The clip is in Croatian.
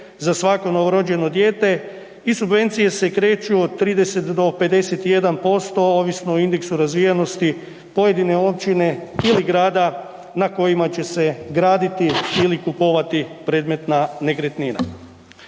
za svako novorođeno dijete i subvencije se kreću od 30 do 51% ovisno o indeksu razvijenosti pojedine općine ili grada na kojima će se graditi ili kupovati predmetna nekretnina.